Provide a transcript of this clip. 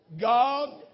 God